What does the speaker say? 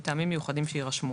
מטעמים מיוחדים שיירשמו.